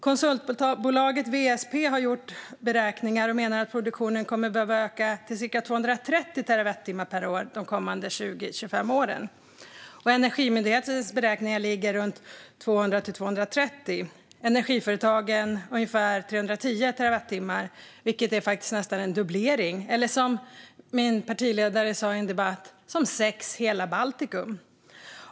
Konsultbolaget WSP har gjort beräkningar och menar att produktionen kommer att behöva öka till cirka 230 terawattimmar per år under de kommande 20-25 åren. Energimyndighetens beräkningar ligger runt 200-230 terawattimmar. Energiföretagen säger ungefär 310 terawattimmar, vilket faktiskt är nästan en dubblering, eller, som min partiledare sa i en debatt: Det är som sex hela Baltikum.